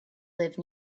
live